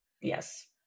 Yes